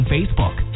Facebook